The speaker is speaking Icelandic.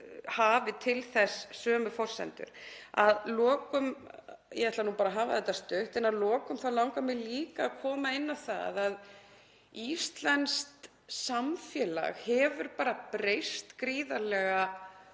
hafi til þess sömu forsendur. Að lokum, ég ætla nú bara að hafa þetta stutt, langar mig líka að koma inn á það að íslenskt samfélag hefur breyst gríðarlega